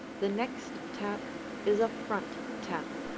the next tap is a front tap.